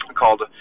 called